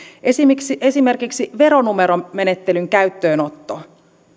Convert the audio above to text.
esimerkiksi esimerkiksi veronumeromenettelyn käyttöönotto